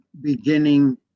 beginning